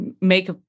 make